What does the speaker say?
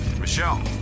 michelle